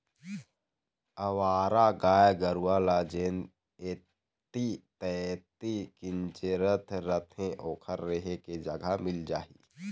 अवारा गाय गरूवा ल जेन ऐती तेती किंजरत रथें ओखर रेहे के जगा मिल जाही